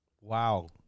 Wow